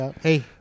Hey